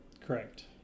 Correct